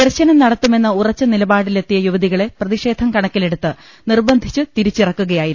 ദർശനം നടത്തുമെന്ന് ഉറച്ച നിലപാടിലെത്തിയ യുവതികളെ പ്രതിഷേധം കണക്കിലെടുത്ത് നിർബന്ധിച്ച് തിരിച്ചിറക്കുകയായിരുന്നു